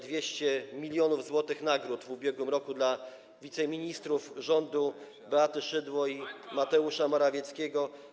200 mln zł nagród w ubiegłym roku dla wiceministrów rządu Beaty Szydło i Mateusza Morawieckiego.